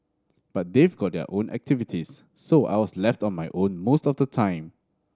but they've got their own activities so I was left on my own most of the time